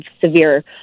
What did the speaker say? severe